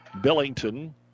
Billington